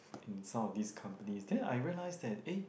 in some of these companies then I realise that eh